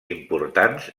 importants